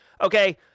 Okay